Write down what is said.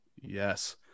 Yes